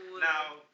Now